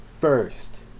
First